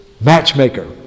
matchmaker